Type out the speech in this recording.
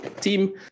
team